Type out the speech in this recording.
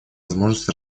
возможность